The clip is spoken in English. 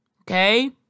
okay